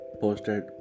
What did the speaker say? posted